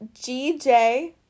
gj